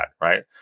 Right